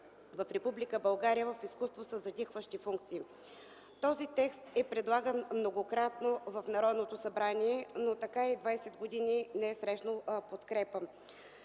в Република България в изкуство със затихващи функции. Този текст е предлаган многократно в Народното събрание, но така и 20 години не е срещнал подкрепа.